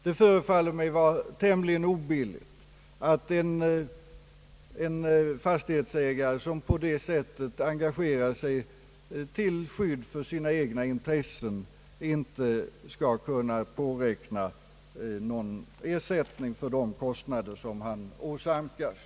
Det förefaller mig vara tämligen obilligt att en fastigheisägare, som på det sättet engagerar sig till skydd för sina egna intressen, inte skall kunna påräkna någon ersättning för de kostnader som han åsamkas.